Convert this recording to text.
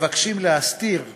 מבקשים להסתיר מאתנו,